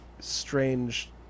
strange